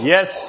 Yes